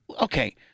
Okay